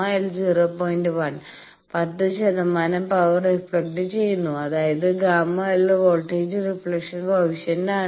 1 10 ശതമാനം power reflect ചെയ്യുന്നു അതായത് ΓL വോൾട്ടേജ് റിഫ്ലക്ഷൻ കോയെഫിഷ്യന്റ് ആണ്